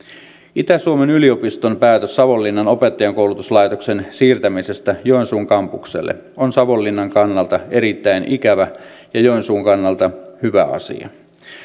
itä suomen yliopiston päätös savonlinnan opettajankoulutuslaitoksen siirtämisestä joensuun kampukselle on savonlinnan kannalta erittäin ikävä ja joensuun kannalta hyvä asia